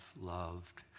loved